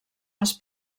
els